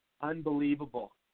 unbelievable